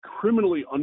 criminally